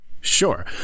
sure